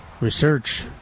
research